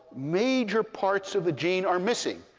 major parts of the gene are missing.